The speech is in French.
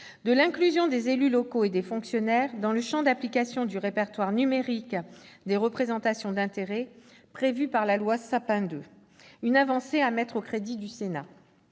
de l'inclusion des élus locaux et des fonctionnaires dans le champ d'application du répertoire numérique des représentations d'intérêts prévu par la loi Sapin II. Cette avancée est à mettre au crédit du Sénat.